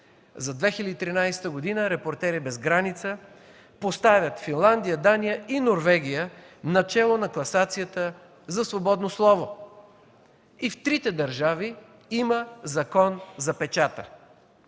За 2013 г. „Репортери без граници” поставят Финландия, Дания и Норвегия начело на класацията за свободно слово. И в трите държави има Закон за печата,